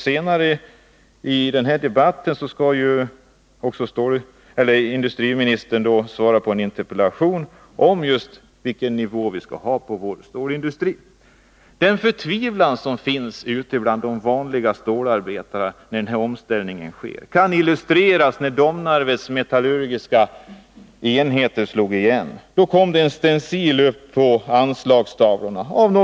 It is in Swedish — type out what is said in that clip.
Senare i denna debatt skall industriministern svara på en interpellation om just vilken nivå vi skall ha på vår stålindustri. Den förtvivlan som finns ute bland de vanliga stålarbetarna inför denna omställning kan illustreras med en stencil som sattes upp på anslagstavlorna när Domnarvets metallurgiska enheter slogs igen.